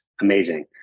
amazing